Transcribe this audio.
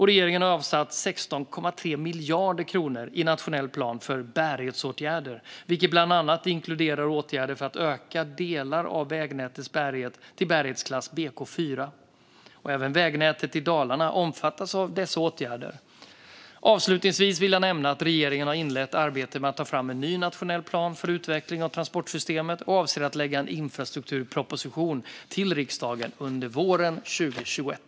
Regeringen har avsatt 16,3 miljarder kronor i nationell plan för bärighetsåtgärder, vilket bland annat inkluderar åtgärder för att öka delar av vägnätets bärighet till bärighetsklass BK4. Även vägnätet i Dalarna omfattas av dessa åtgärder. Avslutningsvis vill jag nämna att regeringen har inlett arbetet med att ta fram en ny nationell plan för utveckling av transportsystemet och avser att lägga fram en infrastrukturproposition till riksdagen under våren 2021.